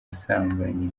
busambanyi